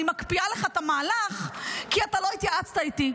מקפיאה לך את המהלך כי אתה לא התייעצת איתי.